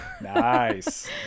nice